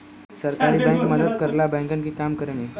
सहकारी बैंक मदद करला बैंकन के काम करे में